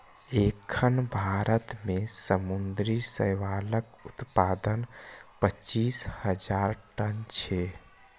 एखन भारत मे समुद्री शैवालक उत्पादन पच्चीस हजार टन छै